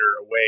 away